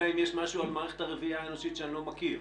אלא אם יש משהו על מערכת הרבייה האנושית שאני לא מכיר.